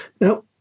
Now